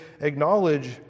acknowledge